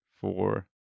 four